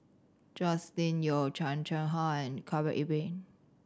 Joscelin Yeo Chan Chang How and Khalil Ibrahim